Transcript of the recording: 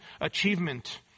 achievement